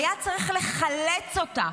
היה צריך לחלץ אותה.